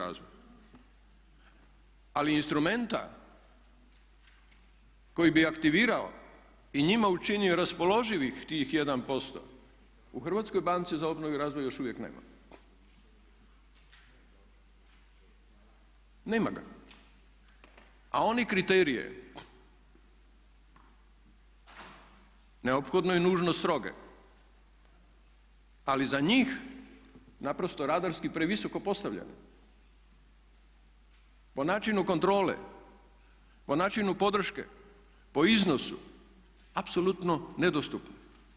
Ali instrumenta koji bi aktivirao i njima učinio raspoloživih tih 1% u Hrvatskoj banci za obnovu i razvoj još uvijek nema ga, a oni kriterije neophodno i nužno stroge ali za njih naprosto radarski previsoko postavljaju, po načinu kontrole, po načinu podrške, po iznosu apsolutno nedostupno.